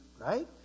right